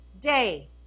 day